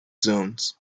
zones